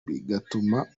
bigatuma